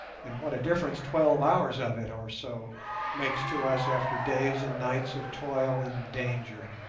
and what a difference twelve hours of it or so makes to us after days and nights of toil and danger.